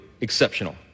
exceptional